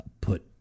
put